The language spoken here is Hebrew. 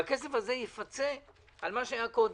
הכסף הזה יפצה על מה שהיה קודם.